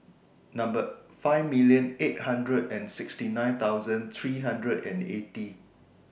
Number five million eight hundred and sixty nine thousand three hundred and eighty